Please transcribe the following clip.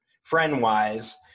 friend-wise